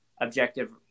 Objective